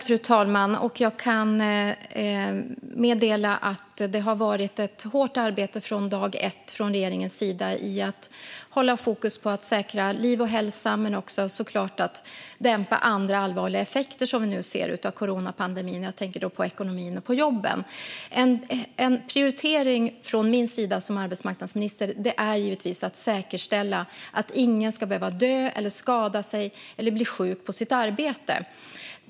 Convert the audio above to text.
Fru talman! Jag kan meddela att det har varit ett hårt arbete från dag ett för regeringen i att hålla fokus på att säkra liv och hälsa men också såklart på att dämpa andra allvarliga effekter som vi nu ser av coronapandemin. Jag tänker på ekonomin och jobben. En prioritering från min sida som arbetsmarknadsminister är givetvis att säkerställa att ingen ska behöva dö, skada sig eller bli sjuk på sitt arbete.